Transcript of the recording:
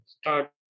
start